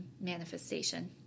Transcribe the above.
manifestation